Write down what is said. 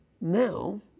now